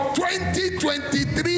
2023